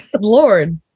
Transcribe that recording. lord